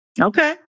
Okay